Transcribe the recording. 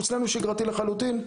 שהוא אצלנו שגרתי לחלוטין,